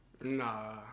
Nah